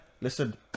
Listen